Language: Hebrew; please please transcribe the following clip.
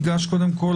טכנולוגי.